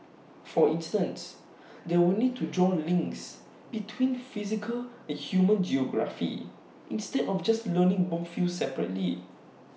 for instance they will need to draw links between physical and human geography instead of just learning both fields separately